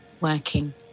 working